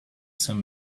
some